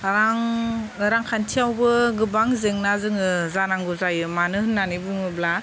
रां रांखान्थियावबो गोबां जेंना जोङो जानांगौ जायो मानो होननानै बुङोब्ला